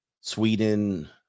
Sweden